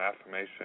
affirmation